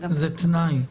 זה תנאי.